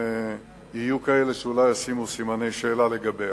יהיו כאלה שאולי ישימו סימני שאלה לגביה.